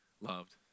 loved